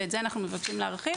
ואת זה אנו מבקשים להרחיב.